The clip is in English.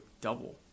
double